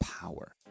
power